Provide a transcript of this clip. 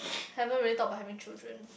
haven't really talk about having children